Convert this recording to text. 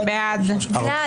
מי נגד?